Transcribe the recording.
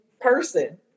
person